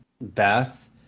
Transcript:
Beth